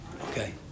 Okay